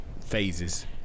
phases